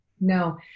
No